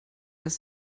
das